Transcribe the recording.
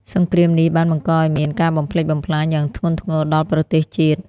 សង្គ្រាមនេះបានបង្កឱ្យមានការបំផ្លិចបំផ្លាញយ៉ាងធ្ងន់ធ្ងរដល់ប្រទេសជាតិ។